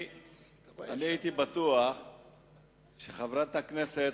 אני הייתי בטוח שחברת הכנסת